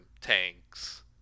tanks